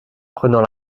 prenant